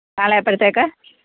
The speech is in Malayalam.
നാളെ എപ്പോഴത്തേക്ക്